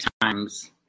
times